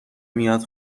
میاد